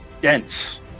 dense